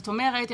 זאת אומרת,